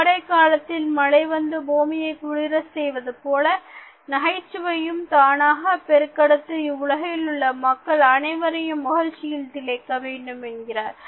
கோடை காலத்தில் மழை வந்து பூமியை குளிரச் செய்வது போல நகைச்சுவையும் தானாக பெருக்கெடுத்து இவ்வுலகத்தில் உள்ள மக்கள் அனைவரையும் மகிழ்ச்சியில் திளைக்க வேண்டும் என்கிறார்